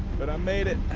that i made it